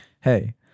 Hey